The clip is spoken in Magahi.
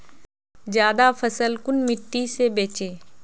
ज्यादा फसल कुन मिट्टी से बेचे?